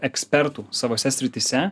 ekspertų savose srityse